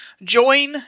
Join